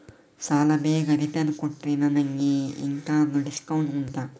ಸಾಲ ಬೇಗ ರಿಟರ್ನ್ ಕೊಟ್ರೆ ನನಗೆ ಎಂತಾದ್ರೂ ಡಿಸ್ಕೌಂಟ್ ಉಂಟಾ